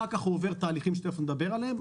אחר כך הוא עובר תהליכים שתיכף נדבר עליהם,